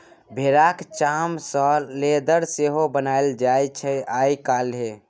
भेराक चाम सँ लेदर सेहो बनाएल जाइ छै आइ काल्हि